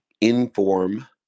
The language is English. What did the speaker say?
inform